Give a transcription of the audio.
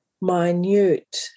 minute